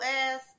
ass